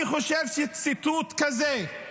אני חושב שציטוט כזה,